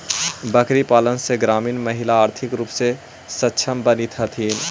बकरीपालन से ग्रामीण महिला आर्थिक रूप से सक्षम बनित हथीन